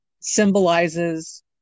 symbolizes